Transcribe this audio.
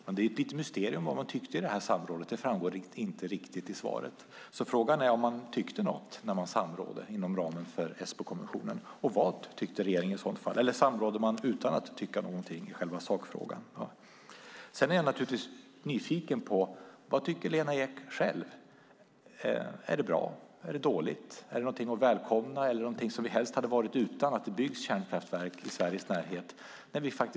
Men det är ett litet mysterium vad man tyckte i samrådet. Det framgår inte riktigt i svaret. Frågan är om man tyckte något när man samrådde inom ramen för Esbokonventionen, och vad tyckte regeringen i sådant fall? Eller samrådde man utan att tycka någonting i själva sakfrågan? Jag är nyfiken på: Vad tycker Lena Ek själv? Är det bra eller dåligt? Är det någonting att välkomna, eller är att det byggs kärnkraftverk i Sverige närhet någonting som vi helst hade varit utan?